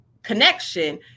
connection